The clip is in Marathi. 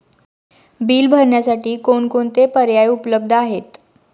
बिल भरण्यासाठी कोणकोणते पर्याय उपलब्ध आहेत?